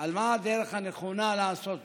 על הדרך הנכונה לעשות זאת.